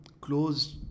closed